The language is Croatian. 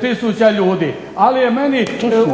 tisuća ljudi. Ali je meni